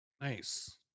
Nice